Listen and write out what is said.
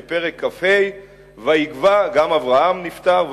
בפרק כ"ה: "ויגוע" גם אברהם נפטר,